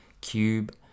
Cube